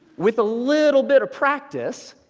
with a little bit of practice,